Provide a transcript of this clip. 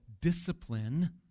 discipline